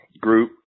group